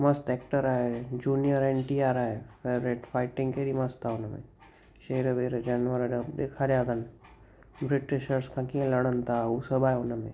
मस्तु एक्टर आहे junior NTR आहे फेवरेट फाइटिंग कहिड़ी मस्तु आहे उन में शेर वेर जानवर जाम ॾेखारिया अथनि ब्रिटिशर्स खां कीअं लड़न था हू सभु आहे उन में